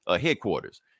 headquarters